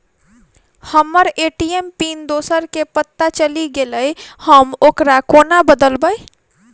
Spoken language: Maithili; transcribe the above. हम्मर ए.टी.एम पिन दोसर केँ पत्ता चलि गेलै, हम ओकरा कोना बदलबै?